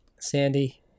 sandy